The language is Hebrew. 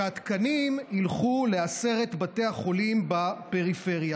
והתקנים ילכו לעשרת בתי החולים בפריפריה,